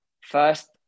first